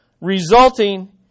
resulting